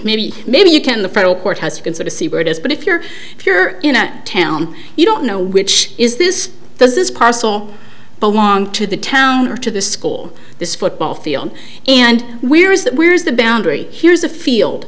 maybe maybe you can the federal courthouse can sort of see where it is but if you're if you're in a town you don't know which is this does this parcel belong to the town or to the school this football field and where is that we're is the boundary here's a field